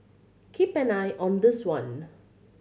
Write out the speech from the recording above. keep an eye on this one